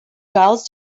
giles